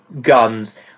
guns